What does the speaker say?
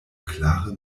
klare